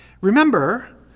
remember